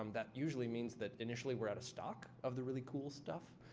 um that usually means that initially we're out of stock of the really cool stuff,